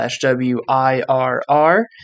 W-I-R-R